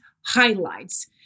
highlights